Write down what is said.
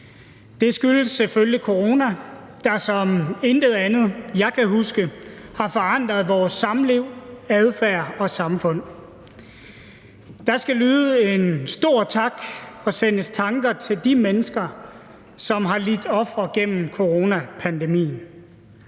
Det skyldes selvfølgelig corona, der som intet andet, jeg kan huske, har forandret vores samliv, adfærd og samfund. Der skal lyde en stor tak og sendes tanker til de mennesker, som har lidt ofre gennem coronapandemien: